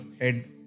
head